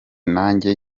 nanjye